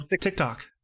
TikTok